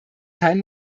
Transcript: kein